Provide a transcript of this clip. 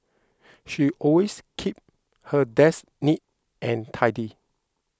she always keeps her desk neat and tidy